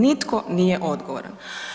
Nitko nije odgovoran.